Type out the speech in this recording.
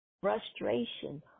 Frustration